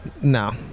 No